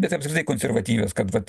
bet apskritai konservatyvios kad vat